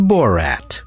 Borat